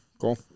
Cool